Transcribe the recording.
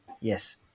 Yes